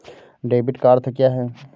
Debit का अर्थ क्या है?